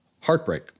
Heartbreak